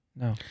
No